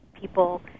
people